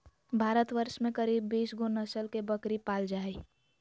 भारतवर्ष में करीब बीस गो नस्ल के बकरी पाल जा हइ